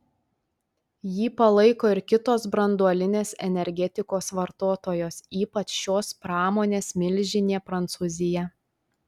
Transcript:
jį palaiko ir kitos branduolinės energetikos vartotojos ypač šios pramonės milžinė prancūzija